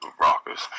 rockers